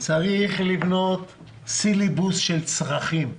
צריך לבנות סיליבוס של צרכים.